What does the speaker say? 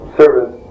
service